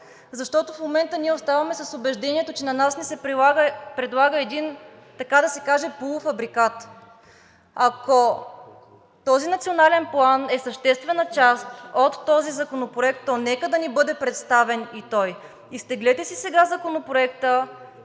защото в момента ние оставаме с убеждението, че на нас ни се предлага един, така да се каже, полуфабрикат. Ако този национален план е съществена част от този законопроект, то нека да ни бъде представен и той. Изтеглете си сега Законопроекта,